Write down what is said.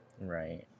Right